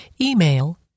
Email